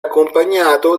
accompagnato